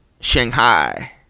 Shanghai